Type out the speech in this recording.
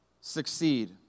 succeed